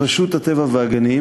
רשות הטבע והגנים